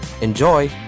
Enjoy